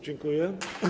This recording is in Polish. Dziękuję.